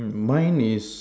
mine is